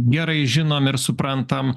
gerai žinom ir suprantam